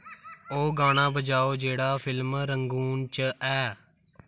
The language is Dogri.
ओह् गाना बजाओ जेह्ड़ा फिल्म रंगून च ऐ